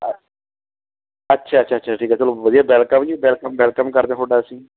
ਅ ਅੱਛਾ ਅੱਛਾ ਅੱਛਾ ਠੀਕ ਆ ਚਲੋ ਵਧੀਆ ਵੈਲਕਮ ਜੀ ਵੈਲਕਮ ਵੈਲਕਮ ਕਰਦੇ ਤੁਹਾਡਾ ਅਸੀਂ